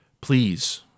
Please